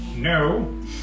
No